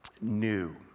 new